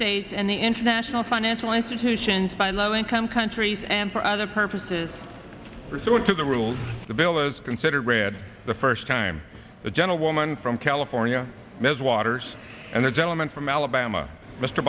states and the international financial institutions by low income countries and for other purposes restored to the rules the bill is considered read the first time the gentlewoman from california ms waters and the gentleman from alabama mr